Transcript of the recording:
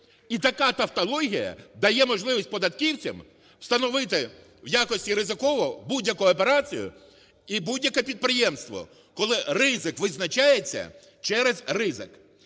І така тавтологія дає можливість податківцям встановити в якості ризикових будь-яку операцію і будь-яке підприємство! Коли ризик визначається через ризик.